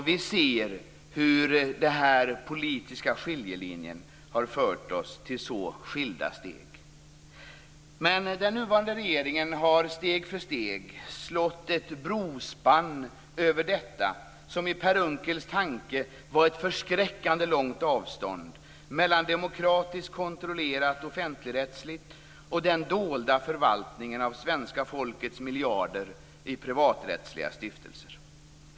Vi ser hur den politiska skiljelinjen har fört oss till så skilda steg. Den nuvarande regeringen har steg för steg slagit ett brospann över det som i Per Unckels tankar var ett förskräckande långt avstånd mellan demokratiskt kontrollerad offentligrättslig förvaltning och den dolda förvaltningen av svenska folkets miljarder i privaträttsliga stiftelser.